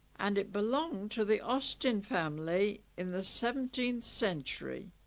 and it belonged to the austin family in the seventeenth century